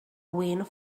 wind